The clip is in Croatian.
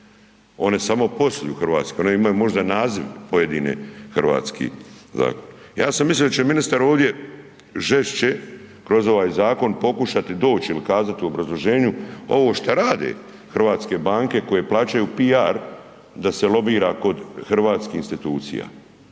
one samo posluju u Hrvatskoj, one imaju možda naziv pojedine hrvatski. Ja sam mislio da će ministar ovdje žešće kroz ovaj zakon pokušati doći ili kazati u obrazloženju ovo šta rade hrvatske banke koje plaćaju PR da se lobira kod hrvatskih institucija.